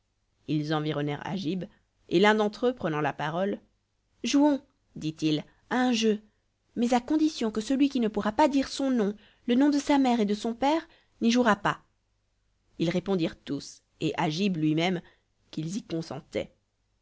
ils environnèrent agib et l'un d'entre eux prenant la parole jouons dit-il à un jeu mais à condition que celui qui ne pourra pas dire son nom le nom de sa mère et de son père n'y jouera pas ils répondirent tous et agib lui-même qu'ils y consentaient